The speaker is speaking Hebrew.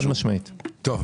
נמשיך.